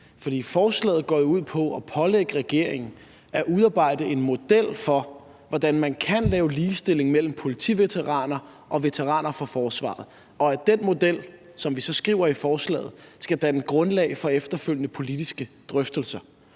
forslaget går jo ud på at pålægge regeringen at udarbejde en model for, hvordan man kan lave en ligestilling imellem politiveteraner og veteraner fra forsvaret, og at den model – som vi skriver i forslaget – skal danne grundlag for efterfølgende politiske drøftelser.